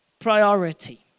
Priority